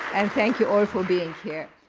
and thank you all for being here.